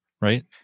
Right